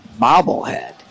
bobblehead